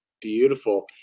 beautiful